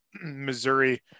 Missouri